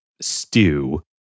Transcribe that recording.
stew